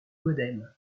modem